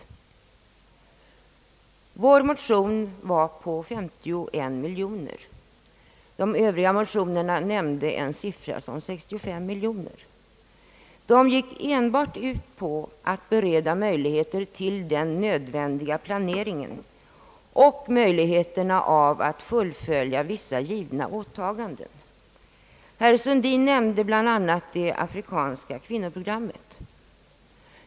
Vår motion var på 51 miljoner kronor. De övriga motionerna nämnde en siffra om 65 miljoner. Samtliga gick enbart ut på att bereda möjligheter till den nödvändiga planeringen och möjligheterna att fullfölja vissa givna åtaganden. Herr Sundin nämnde bl.a. det afrikanska kvinnoprogrammet.